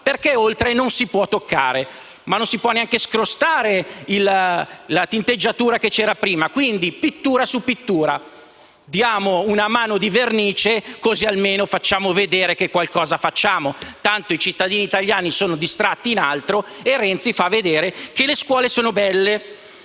perché oltre non si può toccare. Ma non si può neanche scrostare la tinteggiatura che c'era prima, quindi si dà pittura su pittura: diamo una mano di vernice, così almeno facciamo vedere che qualcosa facciamo, tanto i cittadini italiani sono distratti da altro e Renzi fa vedere che le scuole sono belle.